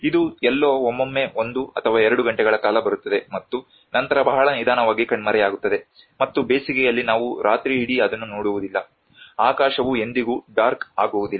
ಇದು ಎಲ್ಲೋ ಒಮ್ಮೊಮ್ಮೆ ಒಂದು ಅಥವಾ ಎರಡು ಗಂಟೆಗಳ ಕಾಲ ಬರುತ್ತದೆ ಮತ್ತು ನಂತರ ಬಹಳ ನಿಧಾನವಾಗಿ ಕಣ್ಮರೆಯಾಗುತ್ತದೆ ಮತ್ತು ಬೇಸಿಗೆಯಲ್ಲಿ ನಾವು ರಾತ್ರಿಯಿಡೀ ಅದನ್ನು ನೋಡುವುದಿಲ್ಲ ಆಕಾಶವು ಎಂದಿಗೂ ಡಾರ್ಕ್ ಆಗುವುದಿಲ್ಲ